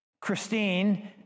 Christine